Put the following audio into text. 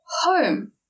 home